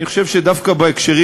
אני חושב שדווקא בהקשרים